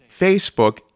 Facebook